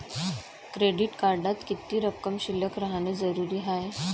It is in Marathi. क्रेडिट कार्डात किती रक्कम शिल्लक राहानं जरुरी हाय?